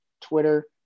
Twitter